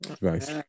Nice